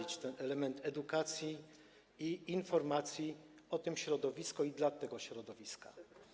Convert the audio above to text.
Chodzi o ten element edukacji i informacji o tym środowisku i dla tego środowiska.